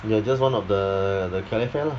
you are just one of the the calefare lah